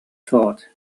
thought